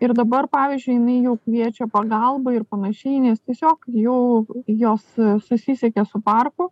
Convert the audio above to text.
ir dabar pavyzdžiui jinai jau kviečia pagalbą ir panašiai nes tiesiog jau jos susisiekė su parku